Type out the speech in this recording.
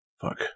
Fuck